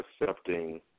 accepting